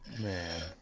man